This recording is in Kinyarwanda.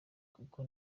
kuko